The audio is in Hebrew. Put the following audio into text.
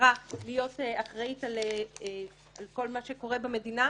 שנבחרה להיות אחראית על כל מה שקורה במדינה,